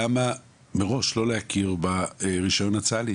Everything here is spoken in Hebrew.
למה מראש לא להכיר ברישיון הצה"לי